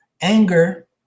anger